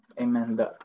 Amen